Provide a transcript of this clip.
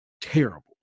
terrible